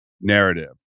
narrative